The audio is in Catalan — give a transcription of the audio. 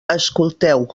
escolteu